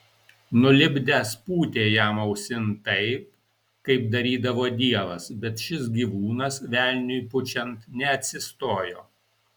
nulipdęs pūtė jam ausin taip kaip darydavo dievas bet šis gyvūnas velniui pučiant neatsistojo